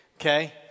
okay